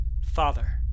Father